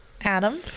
adam